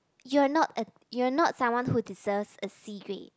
you're not a you're not someone who deserves a C grade